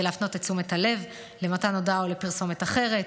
להפנות את תשומת הלב למתן הודעה או לפרסומת אחרת.